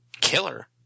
Killer